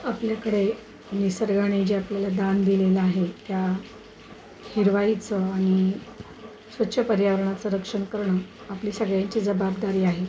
आपल्याकडे निसर्गाने जे आपल्याला दान दिलेलं आहे त्या हिरवाईचं आणि स्वच्छ पर्यावरणाचं रक्षण करणं आपली सगळ्यांची जबाबदारी आहे